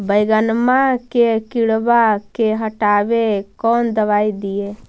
बैगनमा के किड़बा के हटाबे कौन दवाई दीए?